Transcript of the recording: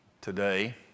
today